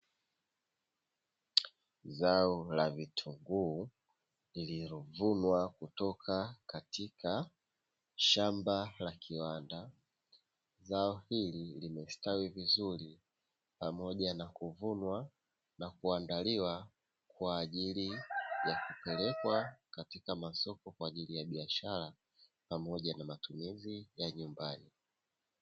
Zao la vitunguu lililovunwa kutoka katika shamba la kiwanda, zao hili limestawi vizuri pamoja na kuvunwa na kuandaliwa kwa ajili ya kupelekwa katika masoko kwa ajili ya biashara pamoja na matumizi ya nyumbani.